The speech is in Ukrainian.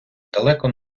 далеко